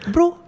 Bro